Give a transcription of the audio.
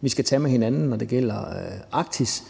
vi skal tage med hinanden, bl.a. når det gælder Arktis.